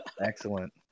Excellent